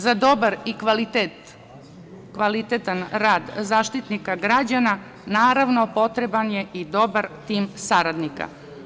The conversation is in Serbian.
Za dobar i kvalitetan rad Zaštitnika građana, naravno, potreban je i dobar tim saradnika.